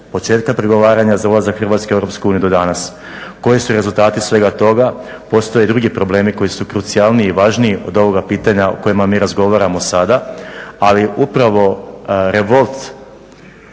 početka pregovaranja za ulazak Hrvatske u Europsku uniju do danas. Koji su rezultati svega toga, postoje i drugi problemi koji su krucijalniji, važniji od ovog pitanja o kojima mi razgovaramo sada. Ali upravo revolt